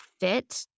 fit